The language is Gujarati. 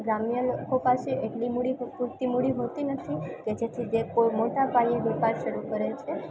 ગ્રામ્ય લોકો પાસે એટલી મૂડી તો પૂરતી મૂડી હોતી નથી કે જેથી તે કોઈ મોટા પાયે વેપાર શરૂ કરે છે